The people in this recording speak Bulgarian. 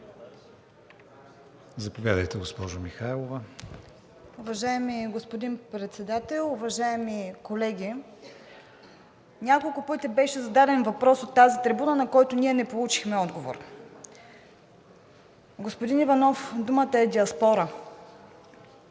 Заповядайте, госпожо Михайлова.